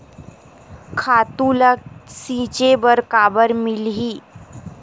खातु ल छिंचे बर काबर मिलही?